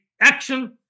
action